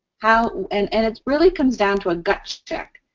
how, and and it really comes down to a gut check.